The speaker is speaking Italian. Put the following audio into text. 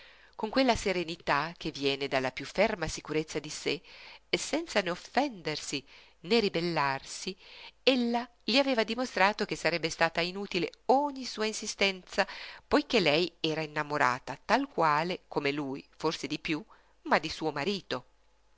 con quella serenità che viene dalla piú ferma sicurezza di sé senza né offendersi né ribellarsi ella gli aveva dimostrato che sarebbe stata inutile ogni sua insistenza poiché lei era innamorata tal quale come lui forse piú di lui ma di suo marito